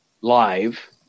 live